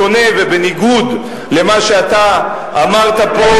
בשונה ובניגוד למה שאתה אמרת פה,